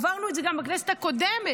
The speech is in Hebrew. עברנו את זה גם בכנסת הקודמת,